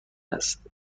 است